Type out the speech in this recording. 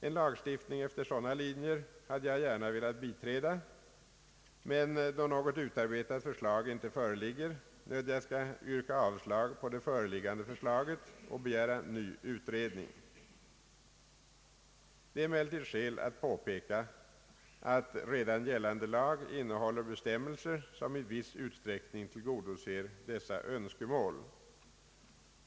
En lagstiftning efter sådana linjer hade jag gärna velat biträda, men då något utarbetat förslag inte föreligger, nödgas jag yrka avslag på det föreliggande förslaget och begära ny utredning. Det är emellertid skäl att påpeka att redan gällande lag innehåller bestämmelser som i viss utsträckning tillgodoser dessa önskemål.